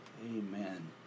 amen